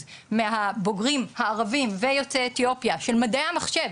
מהבוגרים הערבים ויוצאי אתיופיה של נתוני המחשב,